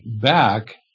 back